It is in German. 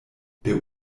der